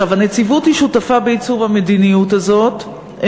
הנציבות שותפה בייצור המדיניות הזאת,